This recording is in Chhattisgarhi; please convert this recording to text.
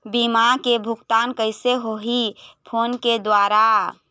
बीमा के भुगतान कइसे होही फ़ोन के द्वारा?